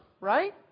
right